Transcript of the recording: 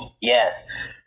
yes